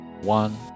one